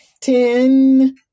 Ten